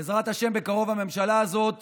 בעזרת השם בקרוב הממשלה הזאת